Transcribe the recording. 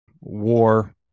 War